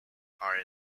are